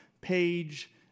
page